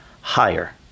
higher